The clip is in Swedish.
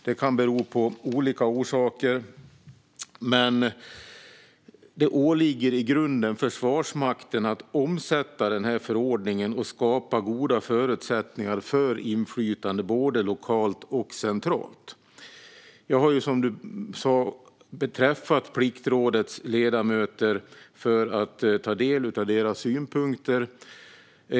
Detta kan ha olika orsaker, men i grunden åligger det Försvarsmakten att omsätta förordningen och skapa goda förutsättningar för inflytande både lokalt och centralt. Jag har, som Hanna Gunnarsson sa, träffat Pliktrådets ledamöter för att ta del av deras synpunkter.